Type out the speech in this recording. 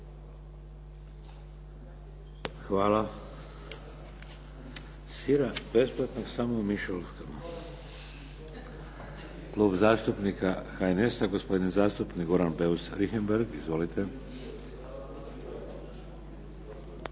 Hvala. Sira besplatnog samo u mišolovkama. Klub zastupnika HNS-a, gospodin zastupnik Goran Beus Richemberg. Izvolite. **Beus